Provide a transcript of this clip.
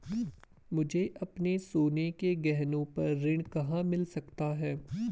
मुझे अपने सोने के गहनों पर ऋण कहाँ मिल सकता है?